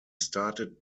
started